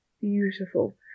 beautiful